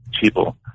people